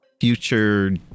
future